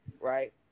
right